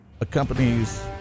accompanies